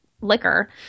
liquor